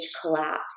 collapse